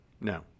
No